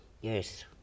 Yes